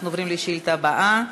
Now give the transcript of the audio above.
אנחנו עוברים לשאילתה הבאה.